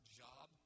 job